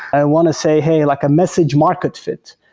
i want to say, hey, like a message market fit.